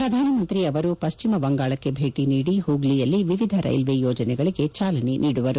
ಪ್ರಧಾನಮಂತ್ರಿ ಅವರು ಪಶ್ಚಿಮ ಬಂಗಾಳಕ್ಕೆ ಭೇಟ ನೀಡಿ ಹೂಗ್ಲಿಯಲ್ಲಿ ವಿವಿಧ ರೈಲ್ವೆ ಯೋಜನೆಗಳಿಗೆ ಚಾಲನೆ ನೀಡುವರು